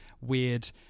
weird